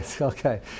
Okay